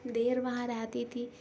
دیر وہاں رہتی تھی